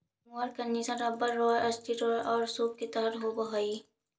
mower conditioner rubber roller, steel roller औउर सूप के तरह के होवऽ हई